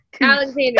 Alexander